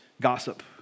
gossip